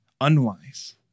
unwise